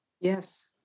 Yes